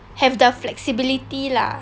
have the flexibility lah